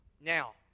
Now